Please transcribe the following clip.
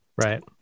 Right